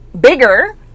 bigger